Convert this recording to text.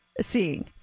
seeing